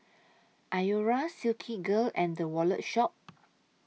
Iora Silkygirl and The Wallet Shop